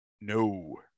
No